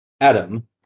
Adam